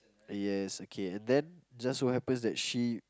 yes okay and then just so happens that she